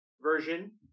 version